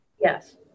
Yes